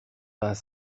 vingt